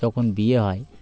যখন বিয়ে হয়